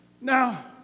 Now